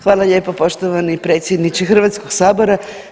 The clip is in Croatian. Hvala lijepo poštovani predsjedniče Hrvatskog sabora.